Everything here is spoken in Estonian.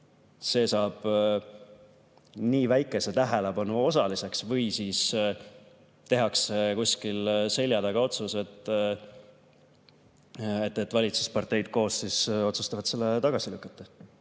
see saab nii väikese tähelepanu osaliseks või tehakse kuskil seljataga otsus, et valitsusparteid koos otsustavad selle tagasi lükata.